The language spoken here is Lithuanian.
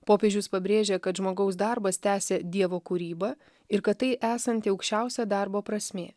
popiežius pabrėžė kad žmogaus darbas tęsia dievo kūrybą ir kad tai esanti aukščiausia darbo prasmė